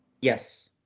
yes